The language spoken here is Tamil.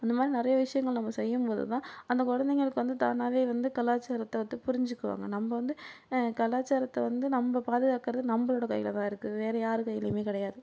அந்த மாதிரி நிறைய விஷயங்கள் நம்ம செய்யம்போது தான் அந்த குழந்தைங்களுக்கு வந்து தானாகவே வந்து கலாச்சாரத்தை வத்து புரிஞ்சிக்குவாங்க நம்ப வந்து கலாச்சாரத்தை வந்து நம்ப பாதுகாக்கறது நம்பளோட கையில் தான் இருக்கு வேறு யார் கைலையுமே கிடையாது